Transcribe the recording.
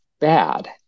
bad